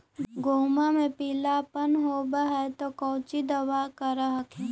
गोहुमा मे पिला अपन होबै ह तो कौची दबा कर हखिन?